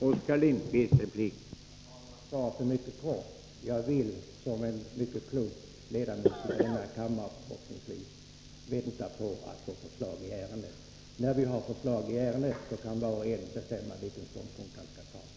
Herr talman! Svaret blir mycket kort. Jag vill, som en förhoppningsvis klok ledamot av denna kammare, vänta på att få förslag i ärendet. När vi har förslag i ärendet kan var och en bestämma vilken ståndpunkt han skall inta.